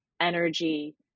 energy